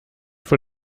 vor